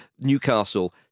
Newcastle